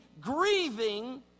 grieving